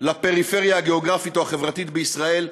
לפריפריה הגיאוגרפית או החברתית בישראל,